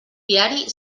viari